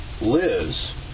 Liz